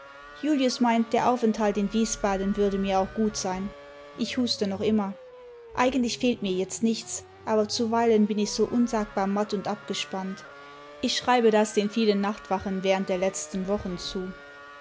meint der aufenthalt in wiesbaden würde mir auch gut sein ich huste noch immer eigentlich fehlt mir jetzt nichts aber zuweilen bin ich so unsagbar matt und abgespannt ich schreibe das den vielen nachtwachen während der letzten wochen zu